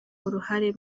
uruhare